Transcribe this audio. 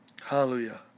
Hallelujah